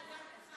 תודה.